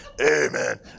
amen